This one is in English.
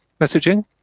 messaging